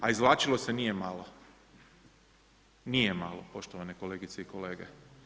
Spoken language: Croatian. A izvlačilo se nije malo, nije malo, poštovane kolegice i kolege.